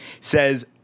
Says